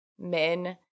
men